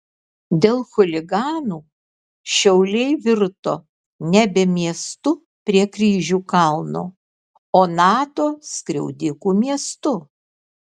dėl chuliganų šiauliai virto nebe miestu prie kryžių kalno o nato skriaudikų miestu